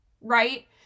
right